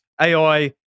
AI